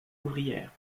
ouvrière